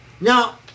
Now